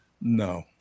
No